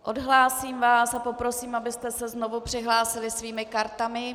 Odhlásím vás a poprosím, abyste se znovu přihlásili svými kartami.